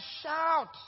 shout